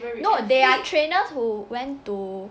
no they are trainers who went to